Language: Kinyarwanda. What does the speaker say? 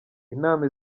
inama